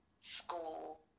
school